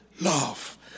love